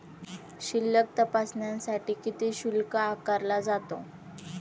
शिल्लक तपासण्यासाठी किती शुल्क आकारला जातो?